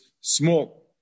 small